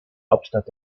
hauptstadt